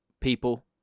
people